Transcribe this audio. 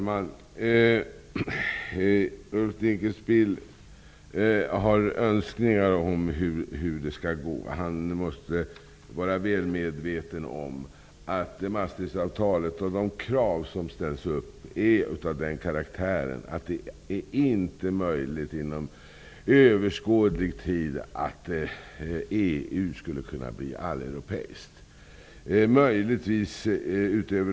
Herr talman! Ulf Dinkelspiel har önskningar om hur det skall gå. Han måste vara väl medveten om att Maastrichtavtalet och de krav som ställs upp är av den karaktären att det inte är möjligt att EU inom överskådlig tid skulle bli alleuropeiskt.